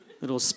Little